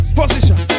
position